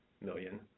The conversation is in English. million